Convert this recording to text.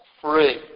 free